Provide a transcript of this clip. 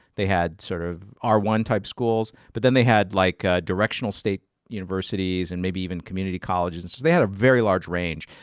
they had sort of r one type schools, but then they had like ah directional state universities and maybe even community colleges. and they had a very large range.